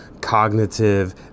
cognitive